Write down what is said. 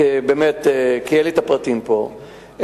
כי אין לי הפרטים פה,